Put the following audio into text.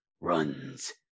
runs